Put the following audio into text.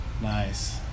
Nice